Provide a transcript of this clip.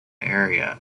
area